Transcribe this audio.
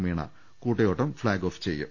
മീണ കൂട്ടയോട്ടം flag off ചെയ്യും